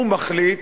הוא מחליט,